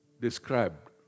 described